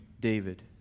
David